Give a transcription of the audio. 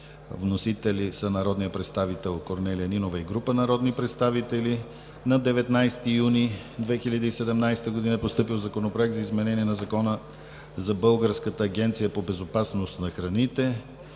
Вносители са народният представител Корнелия Нинова и група народни представители. На 19 юни 2017 г. е постъпил Законопроект за изменение на Закона за Българската агенция по безопасност на храните.